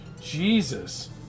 Jesus